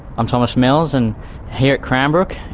i'm thomas mills, and here at cranbrook,